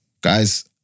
Guys